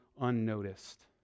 unnoticed